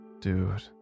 dude